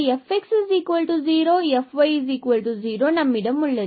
எனவே fx0fy0 நம்மிடம் உள்ளது